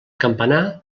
campanar